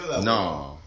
No